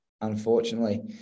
unfortunately